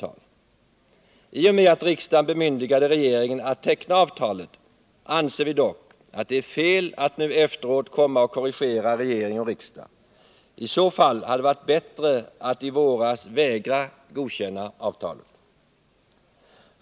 Nr 44 Vi anser dock att i och med att riksdagen bemyndigade regeringen att teckna Onsdagen den avtalet är det fel att nu efteråt komma och korrigera regering och riksdag. I så 5 december 1979 fall hade det varit bättre att i våras vägra godkänna avtalet.